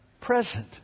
present